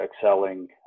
excelling